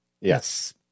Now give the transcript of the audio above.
Yes